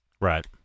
Right